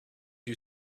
you